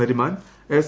Nariman S